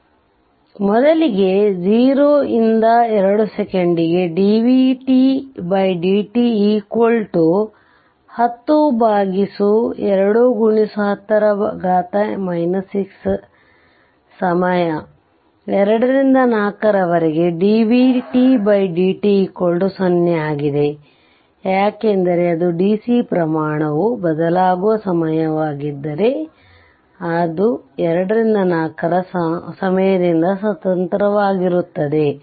ಆದ್ದರಿಂದ ಮೊದಲಿಗೆ 0 ರಿಂದ 2 ಸೆಕೆಂಡ್ dvtdt 10 ಸಮಯ 2 ರಿಂದ 4 ರವರೆಗೆ dvtdt0 ಆಗಿದೆ ಯಾಕೆಂದರೆ ಅದು ಡಿಸಿ ಪ್ರಮಾಣವು ಬದಲಾಗುವ ಸಮಯವಾಗಿದ್ದರೆ ಅದು 2 ರಿಂದ 4 ರ ಸಮಯದಿಂದ ಸ್ವತಂತ್ರವಾಗಿರುತ್ತದೆ